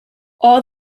all